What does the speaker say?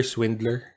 Swindler